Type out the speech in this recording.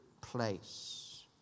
place